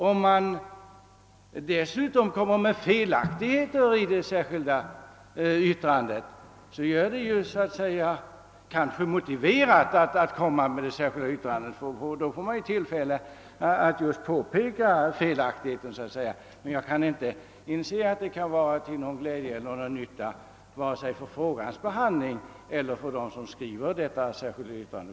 Och om det dessutom innehåller felaktigheter, så får man naturligtvis tillfälle att påpeka dessa här i kammaren, men jag kan inte inse att det kan vara motiverat eller till någon glädje eller nytta vare sig för frågans behandling eller för dem som skriver detta yttrande.